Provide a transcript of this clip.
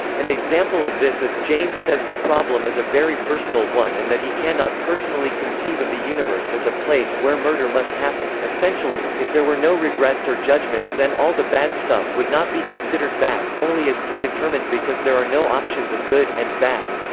an example of this is james says the problem is a very personal one and that he cannot personally conceive of the universe as a place where murder must happen. essentially, if there were no regrets or judgements then all the bad stuff would not be considered bad, only as predetermined because there are no options of good and bad.